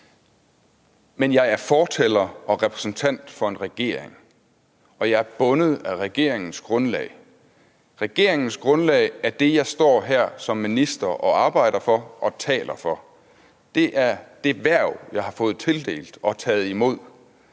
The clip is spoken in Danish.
Men jeg er fortaler og repræsentant for en regering, og jeg er bundet af regeringens grundlag. Regeringens grundlag er det, jeg som minister står her og arbejder for og taler for. Det er det hverv, jeg har fået tildelt og taget imod,